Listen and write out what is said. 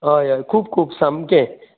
हय हय खूब खूब सामकें